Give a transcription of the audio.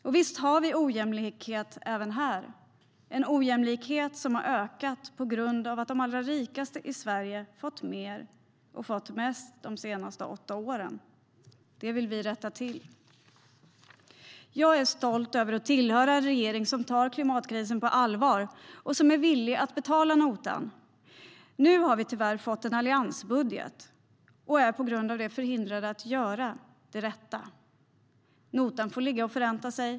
Jag är stolt över att tillhöra en regering som tar klimatkrisen på allvar och som är villig att betala notan. Nu har vi tyvärr fått en alliansbudget och är på grund av det förhindrade att göra det rätta. Notan får ligga och förränta sig.